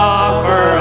offer